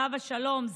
עליו השלום,